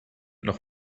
noch